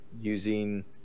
using